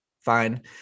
Fine